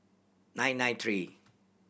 nine nine three